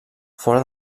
fora